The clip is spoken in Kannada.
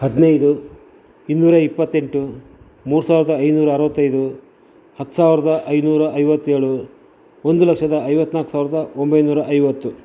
ಹದಿನೈದು ಇನ್ನೂರ ಇಪ್ಪತ್ತೆಂಟು ಮೂರು ಸಾವಿರದ ಐನೂರ ಅರವತ್ತೈದು ಹತ್ತು ಸಾವಿರದ ಐನೂರ ಐವತ್ತೇಳು ಒಂದು ಲಕ್ಷದ ಐವತ್ನಾಲ್ಕು ಸಾವಿರದ ಒಂಬೈನೂರ ಐವತ್ತು